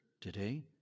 today